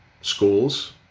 schools